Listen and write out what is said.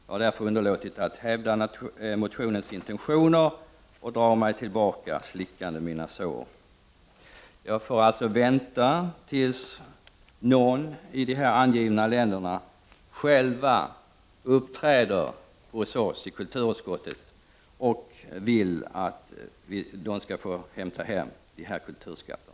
Jag har därför underlåtit att hävda motionens intentioner och drar mig tillbaka, slickande mina sår. Jag får alltså vänta tills någon i de här angivna länderna själv uppträder hos oss i kulturutskottet och vill hämta hem dessa kulturskatter.